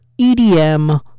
EDM